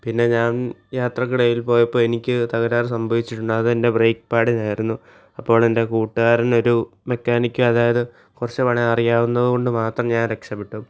പിന്നെ ഞാൻ യാത്രക്കിടയിൽ പോയപ്പോൾ എനിക്ക് തകരാർ സംഭവിച്ചിരുന്നു അത് എൻ്റെ ബ്രേക്ക് പാഡിനായിരുന്നു അപ്പോൾ എൻ്റെ കൂട്ടുകാരനൊരു മെക്കാനിക്ക് അതായത് കുറച്ച് പണി അറിയാവുന്നതു കൊണ്ട് മാത്രം ഞാൻ രക്ഷപ്പെട്ടു